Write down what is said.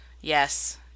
Yes